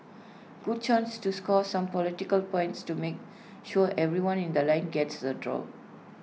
good chance to score some political points to make sure everyone in The Line gets the doll